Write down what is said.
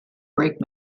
brake